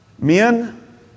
Men